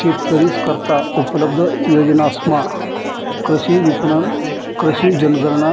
शेतकरीस करता उपलब्ध योजनासमा कृषी विपणन, कृषी जनगणना